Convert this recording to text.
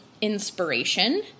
inspiration